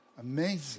Amazing